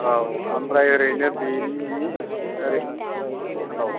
औ ओमफ्राय ओरैनो बिनि ओरै औ